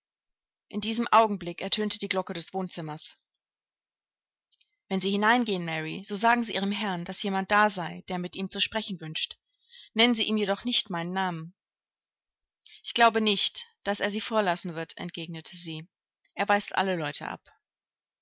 in diesem augenblick ertönte die glocke des wohnzimmers wenn sie hineingehen mary so sagen sie ihrem herrn daß jemand da sei der mit ihm zu sprechen wünscht nennen sie ihm jedoch nicht meinen namen ich glaube nicht daß er sie vorlassen wird entgegnete sie er weist alle leute ab